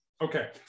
Okay